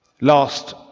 Last